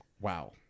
Wow